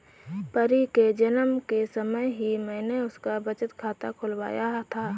परी के जन्म के समय ही मैने उसका बचत खाता खुलवाया था